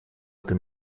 эту